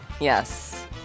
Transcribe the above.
Yes